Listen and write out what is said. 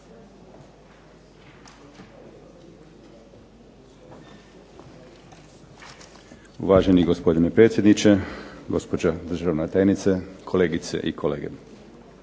Uvaženi gospdine predsjedniče, gospođo državna tajnice, kolegice i kolege.